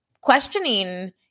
questioning